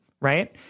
Right